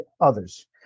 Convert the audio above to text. others